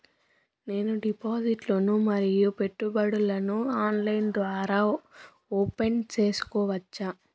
నేను డిపాజిట్లు ను మరియు పెట్టుబడులను ఆన్లైన్ ద్వారా ఓపెన్ సేసుకోవచ్చా?